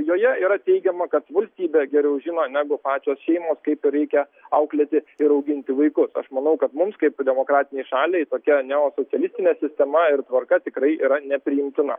joje yra teigiama kad valstybė geriau žino negu pačios šeimos kaip reikia auklėti ir auginti vaikus aš manau kad mums kaip demokratinei šaliai tokia neosocialistinė sistema ir tvarka tikrai yra nepriimtina